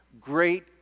great